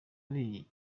ari